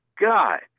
God